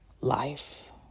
Life